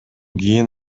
кийин